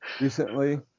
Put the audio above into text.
recently